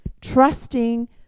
trusting